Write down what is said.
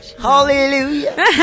Hallelujah